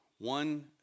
One